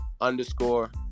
underscore